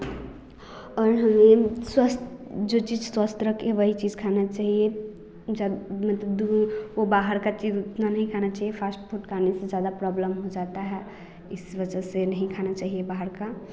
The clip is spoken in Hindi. और हमें स्वस्थ जो चीज़ स्वस्थ रखे वही चीज़ खाना चाहिए जब मत दू वह बाहर का चीज़ उतना नहीं खाना चाहिए फ़ास्ट फ़ूड खाने से ज़्यादा प्रॉब्लम हो जाता है इस वजह से नहीं खाना चाहिए बाहर का